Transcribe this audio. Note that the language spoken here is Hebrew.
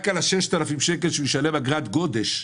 רק על ה-6,000 שקל שהוא ישלם אגרת גודש,